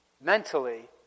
mentally